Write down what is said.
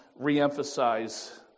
reemphasize